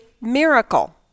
miracle